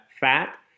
fat